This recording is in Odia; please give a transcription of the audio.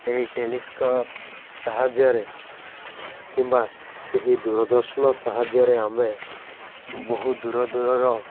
ସେହି ଟେଲିସ୍କୋପ୍ ସାହାଯ୍ୟରେ କିମ୍ବା ସେହି ଦୂରଦର୍ଶନ ସାହାଯ୍ୟରେ ଆମେ ବହୁ ଦୂର ଦୂରର